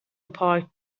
پارک